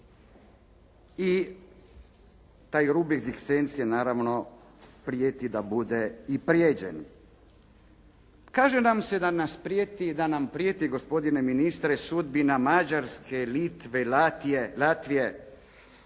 i taj rub egzistencije naravno prijeti da bude i prijeđen. Kaže nam se da nam prijeti, gospodine ministre sudbina Mađarske, Litve, Latvije,